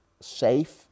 safe